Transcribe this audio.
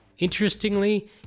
Interestingly